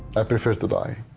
i preferred to die.